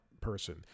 person